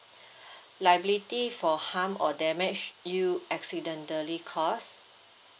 liability for harm or damage you accidentally caused